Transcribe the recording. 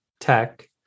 tech